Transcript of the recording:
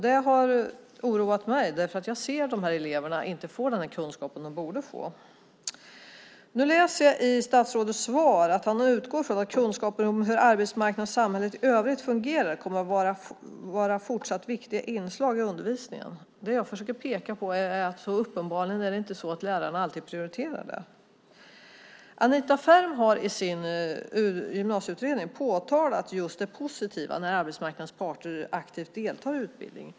Det har oroat mig därför att jag ser att de här eleverna inte får den kunskap de borde få. Nu läser jag i statsrådets svar att han utgår från att kunskaper om hur arbetsmarknaden och samhället i övrigt fungerar kommer att vara fortsatt viktiga inslag i undervisningen. Det jag försöker peka på är att det uppenbarligen inte är så att lärarna alltid prioriterar det. Anita Ferm har i sin gymnasieutredning påtalat just det positiva när arbetsmarknadens parter aktivt deltar i utbildningen.